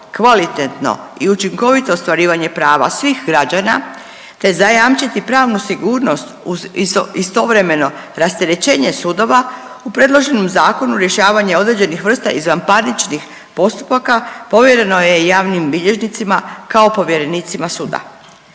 kvalitetno i učinkovito ostvarivanje prava svih građana te zajamčiti pravnu sigurnost uz istovremeno rasterećenje sudova u predloženom zakonu rješavanje određenih vrsta izvanparničnih postupaka povjereno je javnim bilježnicima kao povjerenicima suda.